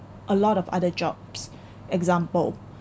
a lot of other jobs example